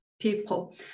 people